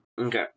okay